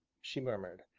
she murmured.